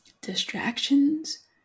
distractions